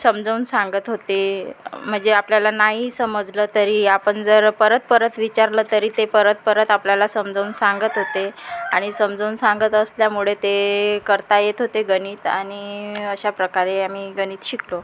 समजवून सांगत होते म्हणजे आपल्याला नाही समजलं तरी आपण जर परत परत विचारलं तरी ते परत परत आपल्याला समजवून सांगत होते आणि समजवून सांगत असल्यामुळे ते करता येत होते गणित आणि अशा प्रकारे आम्ही गणित शिकलो